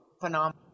phenomenal